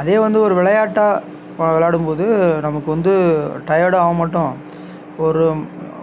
அதே வந்து ஒரு விளையாட்டாக விளாடும்போது நமக்கு வந்து டயர்டும் ஆகமாட்டோம் ஒரு